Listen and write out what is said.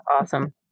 awesome